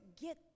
get